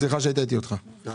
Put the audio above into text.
את רוצה